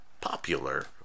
popular